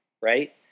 Right